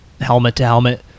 helmet-to-helmet